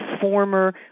former